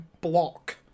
block